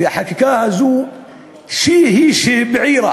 והחקיקה הזו היא שהבעירה